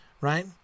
right